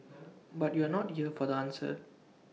but you're not here for the answer